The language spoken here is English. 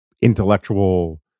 intellectual